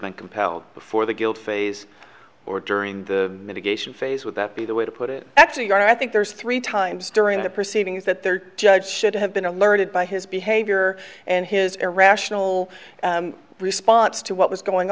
been compelled before the guilt phase or during the mitigation phase would that be the way to put it actually i think there's three times during the proceedings that there judge should have been alerted by his behavior and his irrational response to what was going